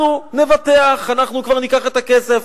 אנחנו נבטח, אנחנו כבר ניקח את הכסף.